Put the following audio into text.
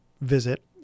visit